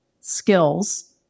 skills